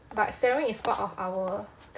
but swearing is part of our